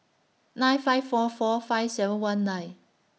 nine five four four five seven one nine